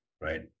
right